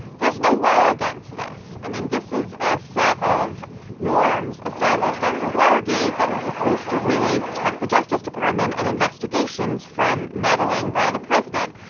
there's no law against this. i mean, this is a set of norms established after watergate that supposed to really protect the justice department and invest. negations from meddling by the president.